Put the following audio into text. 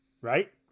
Right